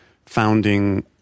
founding